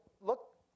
look